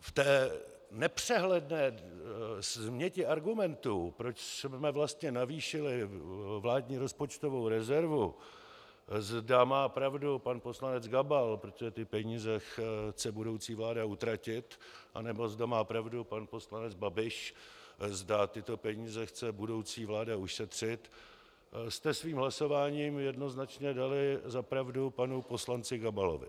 V té nepřehledné změti argumentů, proč jsme vlastně navýšili vládní rozpočtovou rezervu, zda má pravdu pan poslanec Gabal, protože ty peníze chce budoucí vláda utratit, anebo zda má pravdu pan poslanec Babiš, zda tyto peníze chce budoucí vláda ušetřit, jste svým hlasováním jednoznačně dali za pravdu panu poslanci Gabalovi.